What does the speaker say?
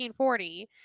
1940